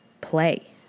play